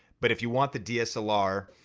but if you want the dslr